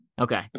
Okay